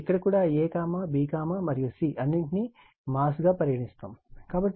మరియు ఇక్కడ కూడా a b మరియు cఅన్నింటిని మాస్ గా పరిగణిస్తాము